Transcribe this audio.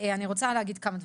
אני רוצה להגיד כמה דברים,